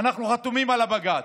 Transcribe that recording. אנחנו חתומים על הבג"ץ.